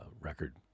record